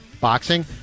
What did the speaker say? boxing